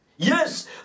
Yes